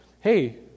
hey